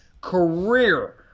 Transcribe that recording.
career